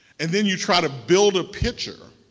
and then you try to build a picture